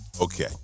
Okay